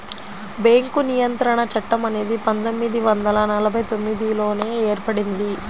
bank నియంత్రణ చట్టం అనేది పందొమ్మిది వందల నలభై తొమ్మిదిలోనే ఏర్పడింది